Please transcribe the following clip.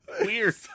Weird